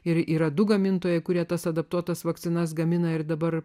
ir yra du gamintojai kurie tas adaptuotas vakcinas gamina ir dabar